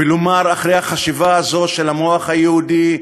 ולומר אחרי החשיבה הזאת, של המוח היהודי: